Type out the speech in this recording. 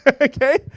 Okay